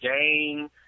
game